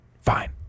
fine